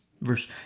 Verse